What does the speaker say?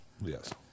Yes